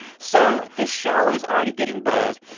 so this show is already getting buzz.